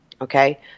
okay